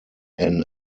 ann